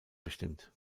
bestimmt